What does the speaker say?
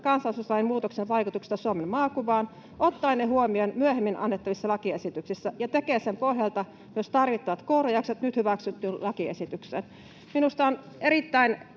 kansalaisuuslain muutosten vaikutuksista Suomen maakuvaan, ottaa ne huomioon myöhemmin annettavissa lakiesityksissä ja tekee sen pohjalta myös tarvittavat korjaukset nyt hyväksyttyyn lakiesitykseen.” Minusta on erittäin